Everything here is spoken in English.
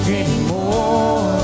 anymore